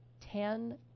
ten